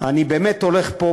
אני באמת הולך פה,